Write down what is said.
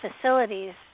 facilities